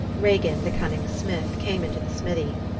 regin, the cunning smith, came into the smithy.